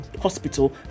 hospital